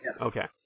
Okay